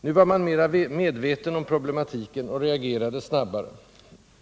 Nu var man mera medveten om problematiken och reagerade snabbare.